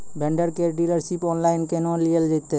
Vendor केर dealership online केहनो लियल जेतै?